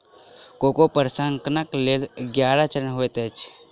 cocoa प्रसंस्करणक लेल ग्यारह चरण होइत अछि